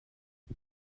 die